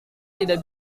tidak